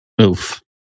Oof